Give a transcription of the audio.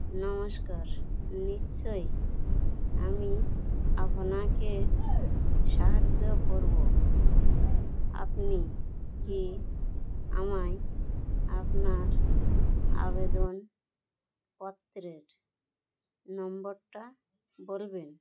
নমস্কার নিশ্চই আমি আপনাকে সাহায্য করবো আপনি কি আমায় আপনার আবেদনপত্রের নম্বরটা বলবেন